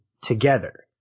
together